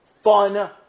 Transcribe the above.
fun